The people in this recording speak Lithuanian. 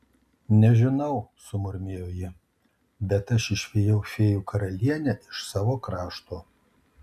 nežinau sumurmėjo ji bet aš išvijau fėjų karalienę iš savo krašto